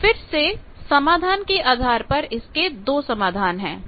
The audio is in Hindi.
अब फिर से समाधान के आधार पर इसके दो समाधान हैं